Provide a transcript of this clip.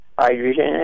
hydrogen